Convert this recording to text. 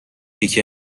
یکی